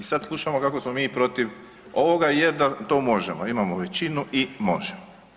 I sad slušamo kako smo mi protiv ovoga jer da to možemo, imamo većinu i možemo.